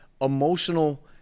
emotional